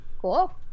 Cool